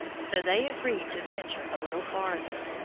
so they agreed to venture a little farther.